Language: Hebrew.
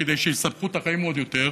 כדי שיסבכו את החיים עוד יותר,